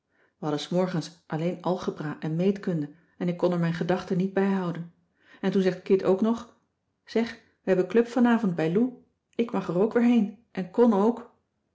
we hadden s morgens alleen algebra en meetkunde en ik kon er mijn gedachten niet bijhouden en toen zegt kit ook nog zeg we hebben club vanavond bij lou ik mag er ook weer heen en con ook